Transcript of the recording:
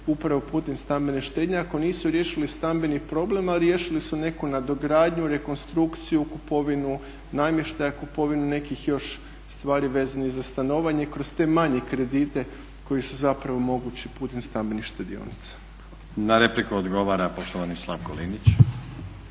upravo putem stambene štednje ako nisu riješili stambeni problem, a riješili su neku nadogradnju, rekonstrukciju, kupovinu namještaja, kupovinu nekih još stvari vezano za stanovanje kroz te manje kredite koji su zapravo mogući putem stambenih štedionica. **Stazić, Nenad (SDP)** Na repliku odgovara poštovani Slavko Linić.